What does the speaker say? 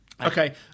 Okay